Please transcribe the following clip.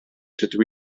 rydw